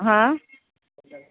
हँ